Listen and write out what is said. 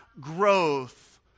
growth